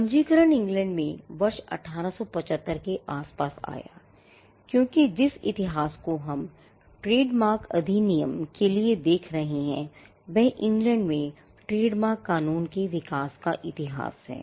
पंजीकरण इंग्लैंड में वर्ष 1875 के आसपास आया क्योंकि जिस इतिहास को हम ट्रेडमार्क अधिनियम के लिए देख रहे हैं वह इंग्लैंड में ट्रेडमार्क कानून के विकास का इतिहास है